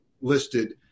listed